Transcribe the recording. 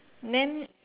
then